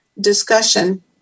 discussion